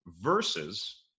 Versus